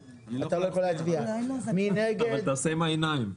מי נגד הצבעה ההסתייגות לא אושרה.